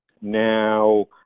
now